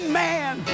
man